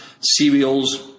cereals